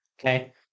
Okay